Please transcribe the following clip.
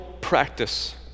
practice